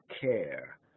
care